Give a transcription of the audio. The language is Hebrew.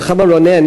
נחמה רונן,